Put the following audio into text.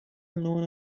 known